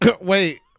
Wait